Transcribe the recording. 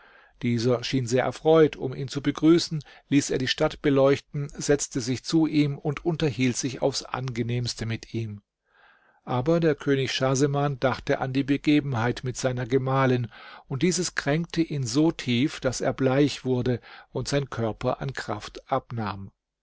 dieser erschien sehr erfreut um ihn zu begrüßen ließ er die stadt beleuchten setzte sich zu ihm und unterhielt sich aufs angenehmste mit ihm aber der könig schahseman dachte an die begebenheit mit seiner gemahlin und dieses kränkte ihn so tief daß er bleich wurde und sein körper an kraft abnahm